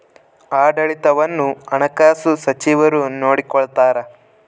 ಆಡಳಿತವನ್ನು ಹಣಕಾಸು ಸಚಿವರು ನೋಡಿಕೊಳ್ತಾರ